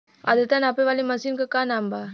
आद्रता नापे वाली मशीन क का नाव बा?